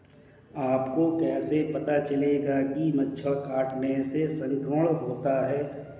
आपको कैसे पता चलेगा कि मच्छर के काटने से संक्रमण होता है?